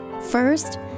First